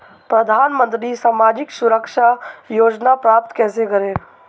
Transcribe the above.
प्रधानमंत्री सामाजिक सुरक्षा योजना प्राप्त कैसे करें?